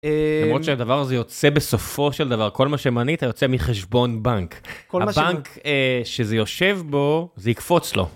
למרות שהדבר הזה יוצא בסופו של דבר, כל מה שמנית יוצא מחשבון בנק. הבנק שזה יושב בו, זה יקפוץ לו.